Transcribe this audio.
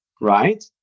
right